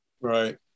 Right